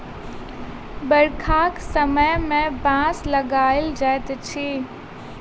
बरखाक समय मे बाँस लगाओल जाइत अछि